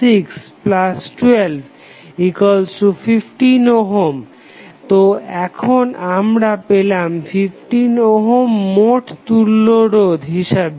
61215 তো এখন আমরা পেলাম 15 ওহম মোট তুল্য রোধ হিসাবে